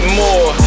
more